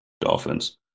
Dolphins